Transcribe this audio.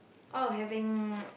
oh having